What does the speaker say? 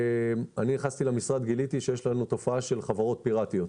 בשבוע הראשון לכניסתי למשרד גיליתי שיש לנו תופעה של חברות פיראטיות.